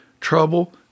trouble